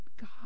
God